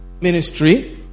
ministry